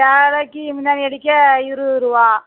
சேலைக்கு முந்தானை அடிக்க இருபது ரூபா